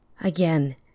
Again